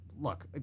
look